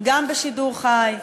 גם בשידור חי,